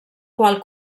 qual